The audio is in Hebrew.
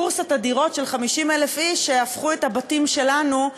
בורסת הדירות של 50,000 איש שהפכו את הבתים שלנו,